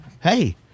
hey